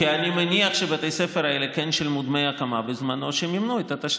כן שילמו דמי הקמה בזמנו שמימנו את התשתית.